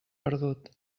perdut